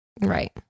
right